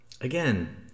Again